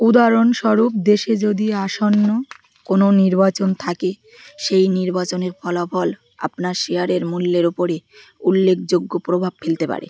উদাহরণস্বরূপ দেশে যদি আসন্ন কোনো নির্বাচন থাকে সেই নির্বাচনের ফলাফল আপনার শেয়ারের মূল্যের ওপরে উল্লেখযোগ্য প্রভাব ফেলতে পারে